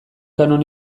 kanon